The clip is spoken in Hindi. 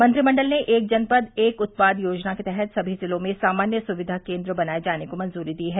मंत्रिमंडल ने एक जनपद एक उत्पाद योजना के तहत सभी जिलों में सामान्य सुविधा केन्द्र बनाये जाने को मंजूरी दी है